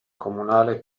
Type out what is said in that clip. comunale